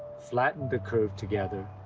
flatten the curve together,